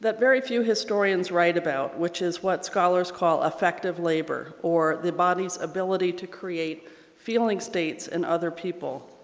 that very few historians write about which is what scholars call effective labor or the body's ability to create feeling states in other people.